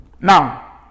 Now